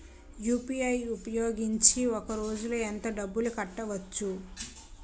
UPI ఉపయోగించి ఒక రోజులో ఎంత డబ్బులు కట్టవచ్చు?